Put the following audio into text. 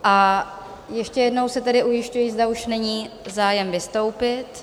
A ještě jednou se tedy ujišťuji, zda už není zájem vystoupit?